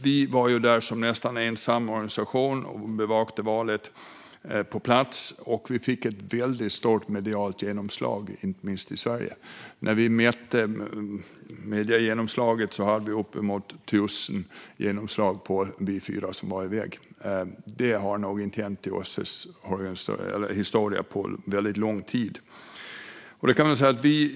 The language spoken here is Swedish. Vi var där som nästan ensam organisation att bevaka valet på plats och fick ett väldigt stort medialt genomslag, inte minst i Sverige. När vi mätte mediegenomslaget såg vi att vi hade uppemot 1 000 genomslag för oss fyra som var iväg. Det har nog inte hänt på väldigt lång tid i OSSE:s historia.